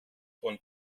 von